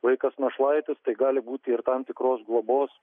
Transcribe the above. vaikas našlaitis tai gali būti ir tam tikros globos